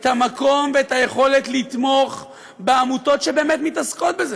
את המקום ואת היכולת לתמוך בעמותות שבאמת מתעסקות בזה,